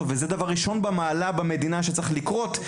וזהו דבר ראשון במעלה שצריך לקרות במדינה.